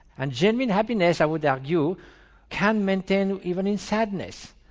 and genuine happiness i would argue can maintain even in sadness,